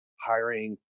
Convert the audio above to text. hiring